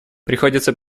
приходится